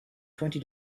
twenty